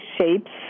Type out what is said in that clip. shapes